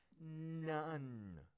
None